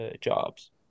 jobs